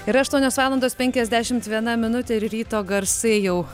yra aštuonios valandos penkiasdešimt viena minutė ir ryto garsai jau